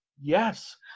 Yes